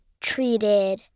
treated